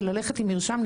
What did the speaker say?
וללכת עם מרשם,